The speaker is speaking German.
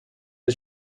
der